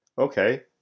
Okay